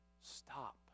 stop